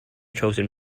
chosen